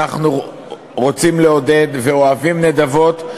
אנחנו רוצים לעודד ואוהבים נדבות,